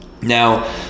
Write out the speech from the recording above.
Now